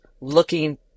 looking